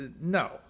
no